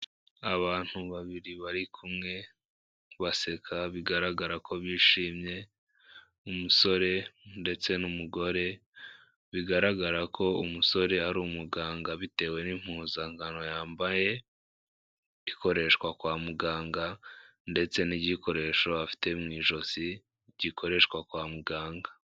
Abantu babiri bari kumwe baseka bigaragara ko bishimye, umusore ndetse n'umugore, bigaragara ko umusore ari umuganga bitewe n'impuzangano yambaye ikoreshwa kwa muganga ndetse n'igikoresho afite mu ijosi gikoreshwa kwa muganga.